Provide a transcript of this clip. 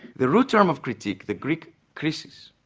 the root term of critique, the greek krisis,